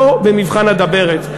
לא במבחן הדברת.